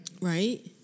Right